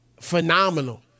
phenomenal